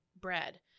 bread